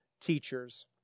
teachers